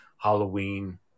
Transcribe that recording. Halloween